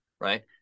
Right